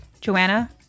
Joanna